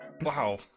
Wow